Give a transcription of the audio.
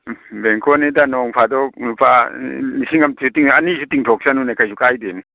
ꯎꯝ ꯕꯦꯡꯀꯣꯅꯤꯗ ꯅꯣꯡ ꯐꯥꯗꯣꯛ ꯂꯨꯄꯥ ꯂꯤꯁꯤꯡ ꯑꯃꯁꯨ ꯑꯅꯤꯁꯨ ꯇꯤꯡꯊꯣꯛꯁꯅꯨꯅꯦ ꯀꯩꯁꯨ ꯀꯥꯏꯗꯦꯅꯦ